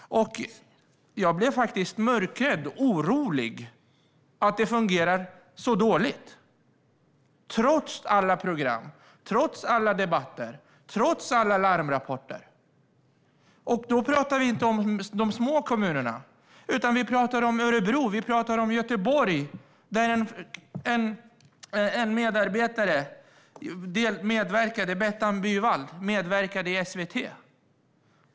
Och jag blev faktiskt mörkrädd, orolig, för att det fungerar så dåligt, trots alla program, trots alla debatter och trots alla larmrapporter. Då pratar vi inte om de små kommunerna, utan vi pratar om Örebro och vi pratar om Göteborg. En medarbetare från Göteborg, Bettan Byvald, medverkade i SVT.